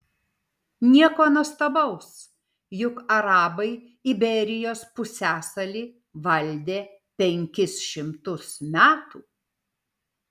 nieko nuostabaus juk arabai iberijos pusiasalį valdė penkis šimtus metų